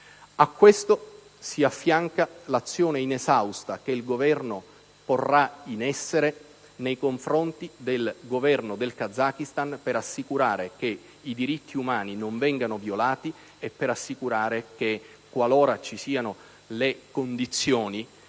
A questo si affianca l'azione inesausta che il Governo porrà in essere nei confronti del Governo del Kazakistan per assicurare che i diritti umani non vengano violati e che, qualora ci siano le condizioni,